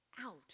out